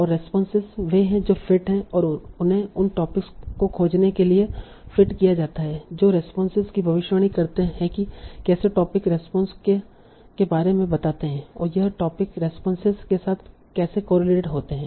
और रेस्पोंसेस वे हैं जो फिट हैं और उन्हें उन टॉपिक्स को खोजने के लिए फिट किया जाता है जो रेस्पोंस की भविष्यवाणी करते हैं कि कैसे टोपिक रेस्पोंस के बारे में बताते हैं और यह टॉपिक्स रेस्पोंसेस के साथ कैसे कोरिलेटेड होते हैं